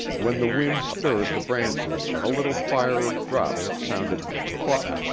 when the wind stirred the branches a little fire of drops sounded clop,